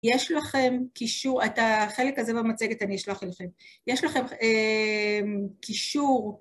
יש לכם קישור, את החלק הזה במצגת אני אשלוח אליכם. יש לכם קישור...